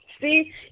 See